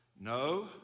No